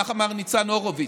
כך אמר ניצן הורוביץ'.